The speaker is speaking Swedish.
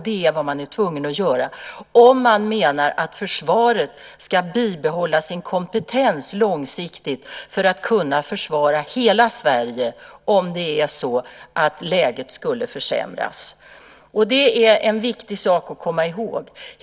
Det är vad man är tvungen att göra, om man menar att försvaret långsiktigt ska bibehålla sin kompetens för att kunna försvara hela Sverige om läget skulle försämras. Det är en viktig sak att komma ihåg.